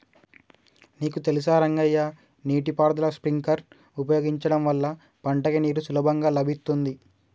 నీకు తెలుసా రంగయ్య నీటి పారుదల స్ప్రింక్లర్ ఉపయోగించడం వల్ల పంటకి నీరు సులభంగా లభిత్తుంది